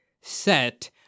set